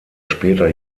später